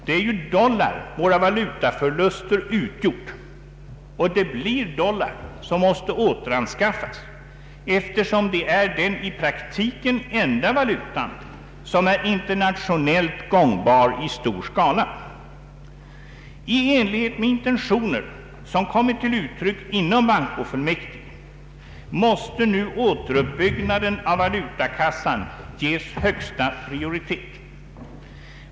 Det är ju dollar våra valutaförluster har gällt, och det blir dollar som måste återanskaffas, eftersom dollarn är den i praktiken enda valuta som är internationellt gångbar i stor skala. I enlighet med intentioner som har kommit till uttryck inom bankofullmäktige måste nu återuppbyggnaden av valutakassan ges högsta prioritet.